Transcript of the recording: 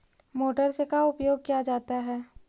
Motor से का उपयोग क्या जाता है?